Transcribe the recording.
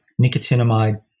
nicotinamide